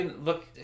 look